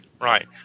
right